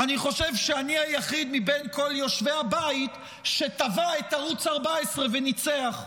אני חושב שאני היחיד מבין כל יושבי הבית שתבע את ערוץ 14 וניצח.